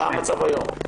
מה המצב היום?